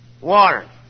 water